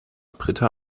britta